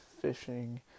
fishing